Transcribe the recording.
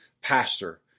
pastor